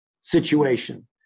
situation